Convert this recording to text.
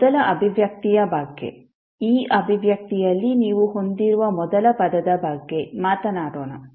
ಮೊದಲ ಅಭಿವ್ಯಕ್ತಿಯ ಬಗ್ಗೆ ಈ ಅಭಿವ್ಯಕ್ತಿಯಲ್ಲಿ ನೀವು ಹೊಂದಿರುವ ಮೊದಲ ಪದದ ಬಗ್ಗೆ ಮಾತನಾಡೋಣ